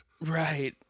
right